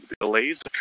delays